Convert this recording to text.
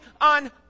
on